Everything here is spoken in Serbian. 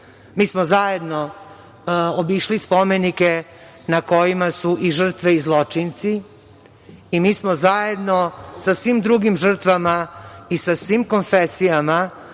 Mi smo zajedno obišli spomenike na kojima su i žrtve i zločinci i mi smo zajedno sa svim drugim žrtvama i sa svim konfesijama